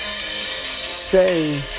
say